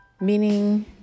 meaning